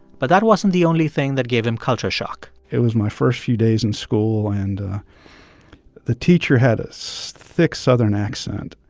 but that wasn't the only thing that gave him culture shock it was my first few days in school, and the teacher had a thick southern accent.